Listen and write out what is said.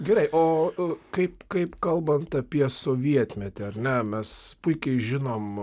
gerai o kaip kaip kalbant apie sovietmetį ar ne mes puikiai žinom